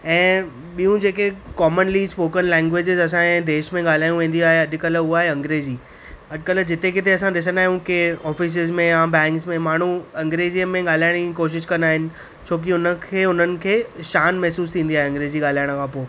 ऐं ॿियूं जेके कॉमनली स्पोकन लैंग्वेजेस असां जे देश में ॻाल्हायूं वेंदियूं आहे अॼु कल्ह उहा आहे अंग्रेज़ी अॼु कल्ह जिते किथे असां ॾिसंदा आहियूं की ऑफ़ीसेस में या बैंक्स में माण्हू अंग्रेज़ी में ॻाल्हाइण जी कोशिशि कंदा आहिनि छो की हुन खे हुननि खे शान महिसूसु थींदी आहे अंग्रेज़ी ॻाल्हाइण खां पोइ